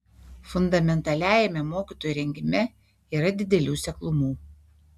fundamentaliajame mokytojų rengime yra didelių seklumų